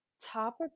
top